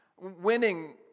winning